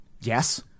Yes